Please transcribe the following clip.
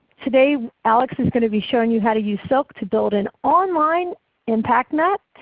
today alex is going to be showing you how to use silk to build an online impact map,